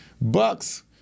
Bucks